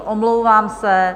Omlouvám se.